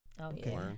Okay